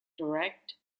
direct